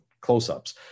close-ups